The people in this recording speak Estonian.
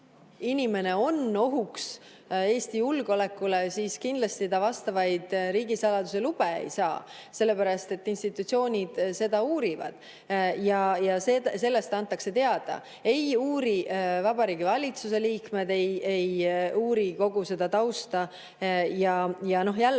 inimene on ohuks Eesti julgeolekule, siis kindlasti ta vastavaid riigisaladuse lube ei saa. Institutsioonid seda uurivad ja sellest antakse teada. Vabariigi Valitsuse liikmed ei uuri kogu seda tausta. Ja jällegi,